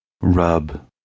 Rub